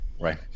right